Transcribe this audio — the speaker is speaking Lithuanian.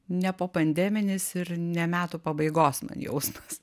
ne popandeminis ir ne metų pabaigos man jausmas